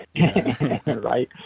right